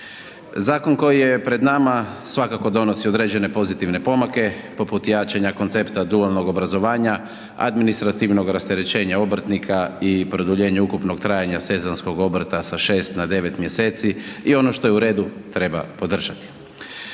Zakon koji je pred nama svakako donosi određene pozitivne pomake poput jačanja koncepta dualnog obrazovanja, administrativnog rasterećenja obrtnika i produljenje ukupnog trajanja sezonskog obrta sa 6 na 9 mjeseci i ono što je u redu treba podržati.